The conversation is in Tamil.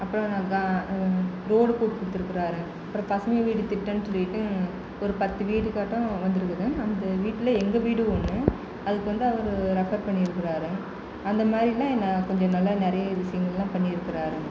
அப்புறோம் க ரோடு போட்டு கொடுத்துருக்குறாரு அப்றோம் பசுமை வீடு திட்டம்னு சொல்லிட்டு ஒரு பத்து வீடுகாட்டம் வந்திருக்குது அந்த வீட்டில எங்கள் வீடும் ஒன்று அதுக்கு வந்து அவர் ரெஃபர் பண்ணியிருக்குறாரு அந்தமாதிரிலாம் என்ன கொஞ்சம் நல்லா நிறைய விஷயங்கள்லாம் பண்ணிருக்குறார்